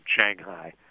Shanghai